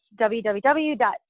www